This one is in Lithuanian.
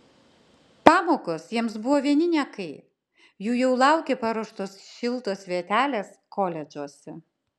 pamokos jiems buvo vieni niekai jų jau laukė paruoštos šiltos vietelės koledžuose